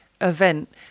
event